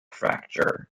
fracture